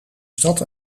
stad